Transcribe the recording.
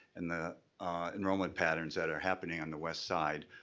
and the enrollment patterns that are happening on the west side,